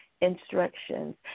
instructions